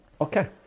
Okay